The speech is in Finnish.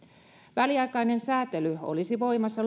väliaikainen säätely olisi voimassa